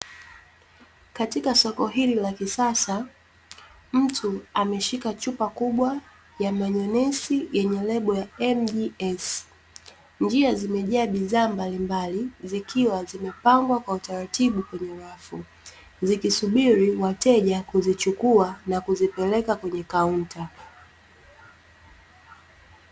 Katika soko hili la kisasa, mtu ameshika chupa kubwa ya manyonesi yenye lebo ya 'M G S'. Njia zimejaa bidhaa mbali mbali zikiwa zimepangwa kwa utaratibu kwenye rafu, ziki subiri wateja kuzi chukua na kuzi peleka kweye kaunta.